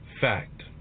Fact